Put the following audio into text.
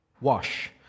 Wash